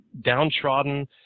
downtrodden